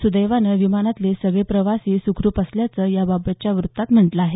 सुदैवानं विमानातले सगळे प्रवासी सुखरुप असल्याचं याबाबतच्या व्त्तात म्हटलं आहे